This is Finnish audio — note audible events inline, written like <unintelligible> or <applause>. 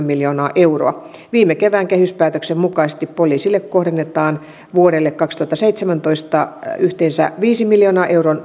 <unintelligible> miljoonaa euroa viime kevään kehyspäätöksen mukaisesti poliisille kohdennetaan vuodelle kaksituhattaseitsemäntoista yhteensä viiden miljoonan euron